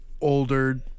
Older